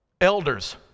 Elders